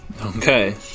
Okay